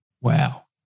Wow